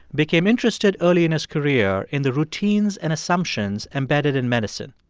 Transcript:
became interested early in his career in the routines and assumptions embedded in medicine.